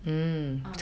ah